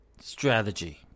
strategy